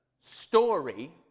story